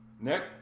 Nick